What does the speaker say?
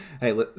Hey